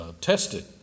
tested